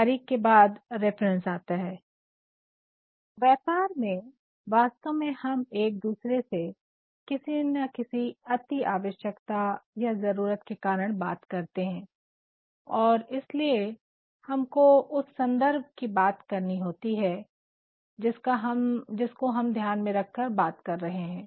तारिख के बाद रेफेरेसेस आता है व्यापार में वास्तव में हम एक दूसरे से किसी न किसी अति आवश्यता या ज़रुरत के कारण बात करते है और इसलिए हमको उस सन्दर्भ की बात करनी होती है जिसको हम ध्यान में रख कर बात कर रहे है